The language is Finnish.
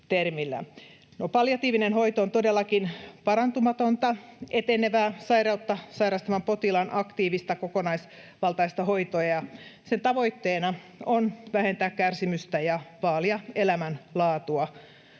palliatiivinen hoito on todellakin parantumatonta, etenevää sairautta sairastavan potilaan aktiivista kokonaisvaltaista hoitoa, ja sen tavoitteena on vähentää kärsimystä ja vaalia elämänlaatua.